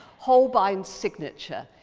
holbein's signature,